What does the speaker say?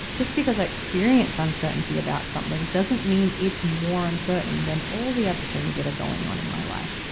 just because i experience uncertainty about something doesn't mean it's more uncertain than all the other things that are going on in my life.